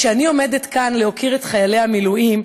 כשאני עומדת כאן כדי להוקיר את חיילי המילואים,